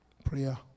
prayer